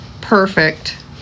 Perfect